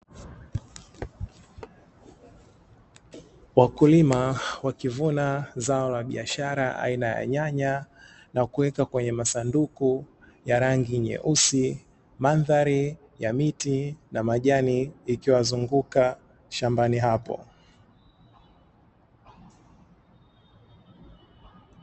Wakulima wakivuna zao la biashara aina ya nyanya, na kuweka kwenye masanduku ya rangi nyeusi, mandhari ya miti na majani ikiwazunguka shambani hapo.